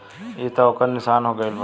ई त ओकर निशान हो गईल बा